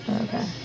okay